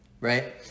right